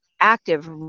active